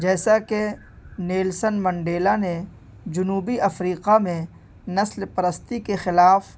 جیسا کہ Nelson Mandela نے جنوبی افریقہ میں نسل پرستی کے خلاف